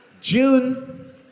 June